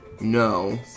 no